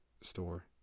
store